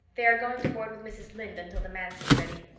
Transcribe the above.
they are going to board with mrs. lynde until the manse is ready.